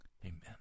Amen